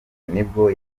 nibwo